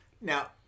Now